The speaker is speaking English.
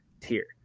tier